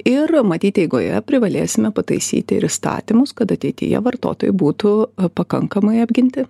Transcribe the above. ir matyt eigoje privalėsime pataisyti įstatymus kad ateityje vartotojai būtų pakankamai apginti